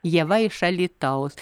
ieva iš alytaus